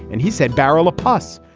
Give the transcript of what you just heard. and he said barral a plus.